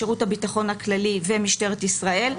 שירות הביטחון הכללי ומשטרת ישראל,